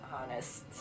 honest